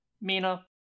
Mina